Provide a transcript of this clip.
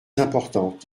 importantes